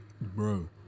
bro